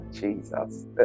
jesus